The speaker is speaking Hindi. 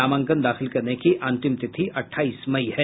नामांकन दाखिल करने की अंतिम तिथि अठाईस मई है